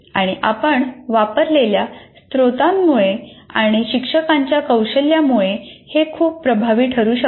आणि आपण वापरलेल्या स्त्रोतांमुळे आणि शिक्षकांच्या कौशल्यामुळे हे खूप प्रभावी ठरू शकते